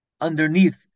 Underneath